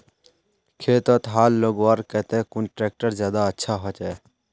खेतोत हाल लगवार केते कुन ट्रैक्टर ज्यादा अच्छा होचए?